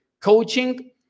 coaching